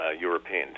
European